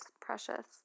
precious